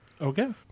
Okay